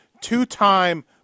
two-time